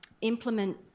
implement